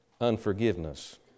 unforgiveness